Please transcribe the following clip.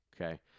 Okay